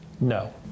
No